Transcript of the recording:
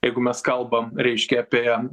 jeigu mes kalbam reiškia apie